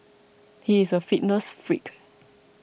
he is a fitness freak